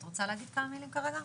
את רוצה להגיד כמה מילים כרגע?